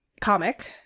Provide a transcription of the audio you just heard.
comic